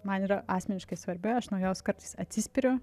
man yra asmeniškai svarbi aš nuo jos kartais atsispiriu